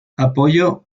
apoyó